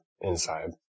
inside